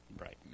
Right